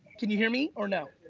can you hear me or no?